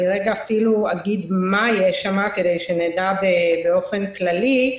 אני אפילו אגיד מה יש שם כדי שנדע באופן כללי: